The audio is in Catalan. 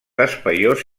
espaiós